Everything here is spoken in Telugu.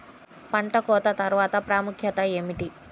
పంట కోత తర్వాత ప్రాముఖ్యత ఏమిటీ?